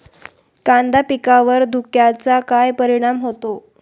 कांदा पिकावर धुक्याचा काय परिणाम होतो?